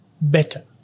better